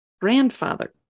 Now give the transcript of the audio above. grandfather